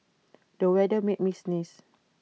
the weather made me sneeze